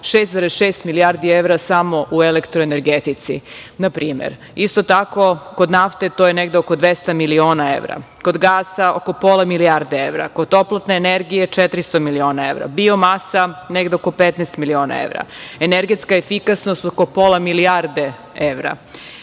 6,6 milijardi evra samo u elektroenergetici. Na primer, isto tako kod nafte to je negde oko 200 miliona evra, kod gasa oko pola milijarde evra, kod toplotne energije 400 miliona evra, biomasa negde oko 15 miliona evra, energetska efikasnost oko pola milijarde evra,